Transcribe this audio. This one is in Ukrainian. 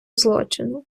злочину